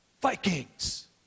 Vikings